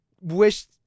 wish